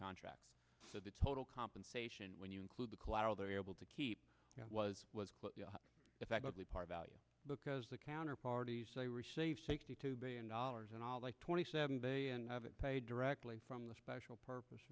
contracts so the total compensation when you include the collateral they're able to keep that was effectively part value because the counter parties say received sixty two billion dollars and all the twenty seven day and have it paid directly from the special purpose